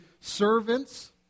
servants